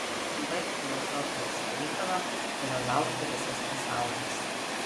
baik filosofijos veikalą kurio laukia visas pasaulis